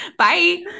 bye